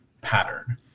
pattern